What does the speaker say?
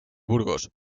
burgos